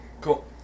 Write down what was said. Cool